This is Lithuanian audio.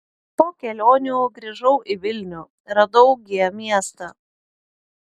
po kelionių grįžau į vilnių radau g miestą